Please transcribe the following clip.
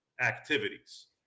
activities